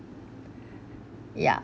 ya